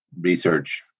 research